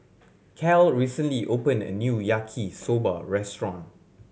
Cal recently opened a new Yaki Soba restaurant